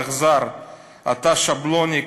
ואכזר אתה שבלוני,